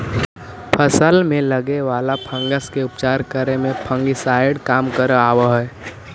फसल में लगे वाला फंगस के उपचार करे में फंगिसाइड काम आवऽ हई